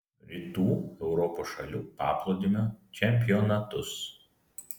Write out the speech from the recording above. rytų europos šalių paplūdimio čempionatus